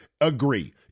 agree